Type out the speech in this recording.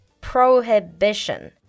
Prohibition